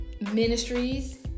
Ministries